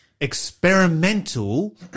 experimental